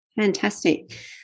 Fantastic